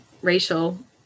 racial